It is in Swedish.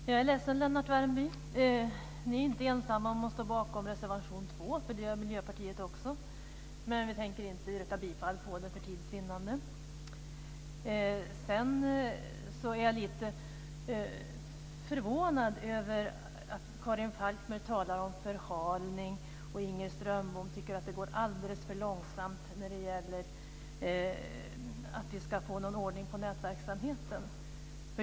Herr talman! Jag är ledsen, Lennart Värmby, men ni är inte ensamma om att stå bakom reservation 2. Det gör Miljöpartiet också. Men vi tänker för tids vinnande inte yrka bifall till den. Jag är lite förvånad över att Karin Falkmer talar om förhalning och att Inger Strömbom tycker att det går alldeles för långsamt när det gäller att vi ska få någon ordning på nätverksamheten.